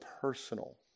personal